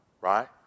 right